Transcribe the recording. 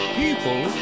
people